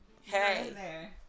hey